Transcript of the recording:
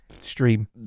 stream